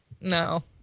no